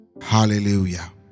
hallelujah